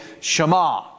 Shema